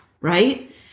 Right